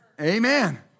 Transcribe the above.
Amen